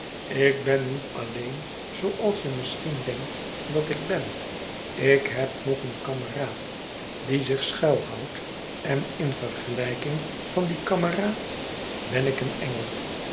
ik ben niet alleen zooals je misschien denkt dat ik ben ik heb nog een kameraad die zich schuilhoudt en in vergelijking van dien kameraad ben ik een engel